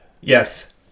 Yes